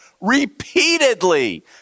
repeatedly